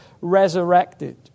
resurrected